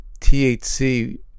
THC